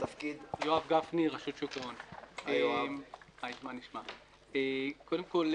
קודם כול,